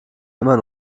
immer